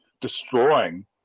destroying